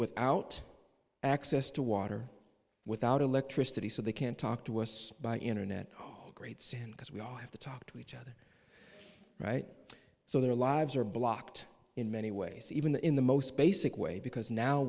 without access to water without electricity so they can't talk to us by internet great sin because we all have to talk to each other right so their lives are blocked in many ways even the most basic way because now